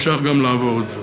אפשר גם לעבור את זה.